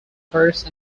first